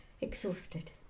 Exhausted